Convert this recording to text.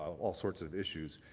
all sorts of issues.